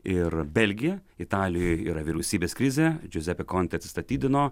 ir belgija italijoj yra vyriausybės krizė džiuzepė kontė atsistatydino